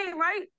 right